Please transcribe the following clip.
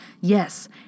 Yes